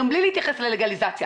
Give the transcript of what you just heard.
להתייחס ללגליזציה.